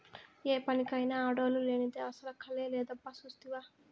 ఏ పనికైనా ఆడోల్లు లేనిదే అసల కళే లేదబ్బా సూస్తివా